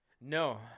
No